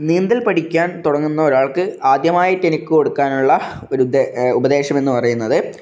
നീന്തൽ പഠിക്കാൻ തുടങ്ങുന്ന ഒരാൾക്ക് ആദ്യമായിട്ട് എനിക്ക് കൊടുക്കാനുള്ള ഒരു ഉദേ ഉപദേശമെന്ന് പറയുന്നത്